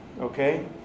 Okay